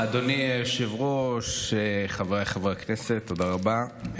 אדוני היושב-ראש, חבריי חברי הכנסת, תודה רבה.